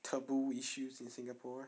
taboo issues in singapore